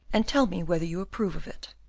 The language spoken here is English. and tell me whether you approve of it.